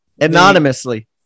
anonymously